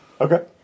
Okay